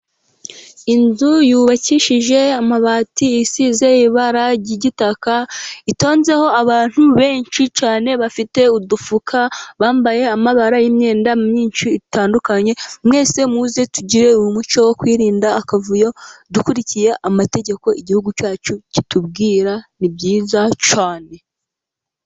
Inzu yubakishije amabati isize ibara ry'igitaka. Itonzeho abantu benshi cyane, bafite udufuka, bambaye amabara y'imyenda myinshi itandukanye. Mwese muze tugire umuco wo kwirinda akavuyo, dukurikiye amategeko igihugu cyacu kitubwira. Ni byiza cyane.